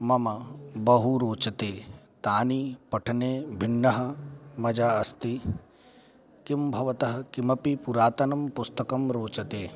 मम बहु रोचते तानि पठने भिन्नः मजा अस्ति किं भवतः किमपि पुरातनं पुस्तकं रोचते